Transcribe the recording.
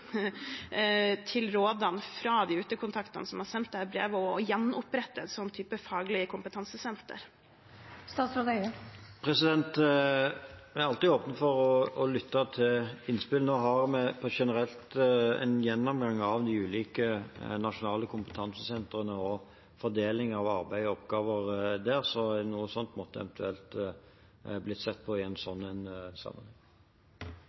rådene fra de utekontaktene som har sendt dette brevet, og gjenopprette et slikt faglig kompetansesenter? Vi er alltid åpne for å lytte til innspill. Nå har vi en generell gjennomgang av de ulike nasjonale kompetansesentrene og fordelingen av arbeid og oppgaver der, så noe sånt måtte eventuelt bli sett på i en sånn sammenheng.